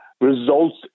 results